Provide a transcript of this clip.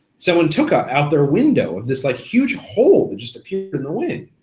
someone took ah it out their window of this like huge hole that just appeared through the wing.